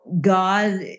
God